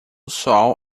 sol